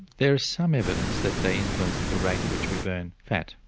there is some evidence that they influence the rate at which we burn fat,